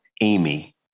amy